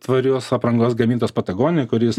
tvarios aprangos gamintos patagonijoj kuris